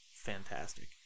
fantastic